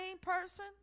person